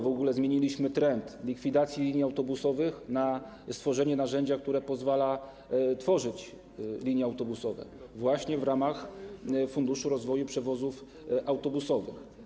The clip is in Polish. W ogóle zmieniliśmy trend z likwidacji linii autobusowych na stworzenie narzędzia, które pozwala tworzyć linie autobusowe właśnie w ramach Funduszu rozwoju przewozów autobusowych.